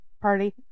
party